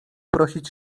prosić